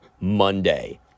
Monday